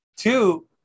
Two